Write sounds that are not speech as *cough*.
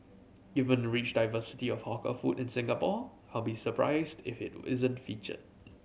given the rich diversity of hawker food in Singapore I'll be surprised if it isn't feature *noise*